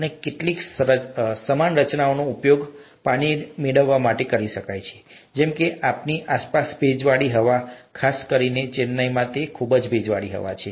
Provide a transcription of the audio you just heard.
અને કેટલીક સમાન રચનાઓનો ઉપયોગ પાણી મેળવવા માટે કરી શકાય છે જેમ કે આપણી આસપાસની ભેજવાળી હવા ખાસ કરીને ચેન્નાઈમાં તે ખૂબ જ ભેજવાળી છે